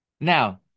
Now